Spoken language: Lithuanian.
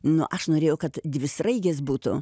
nu aš norėjau kad dvi sraigės būtų